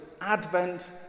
advent